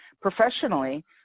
Professionally